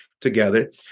together